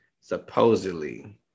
supposedly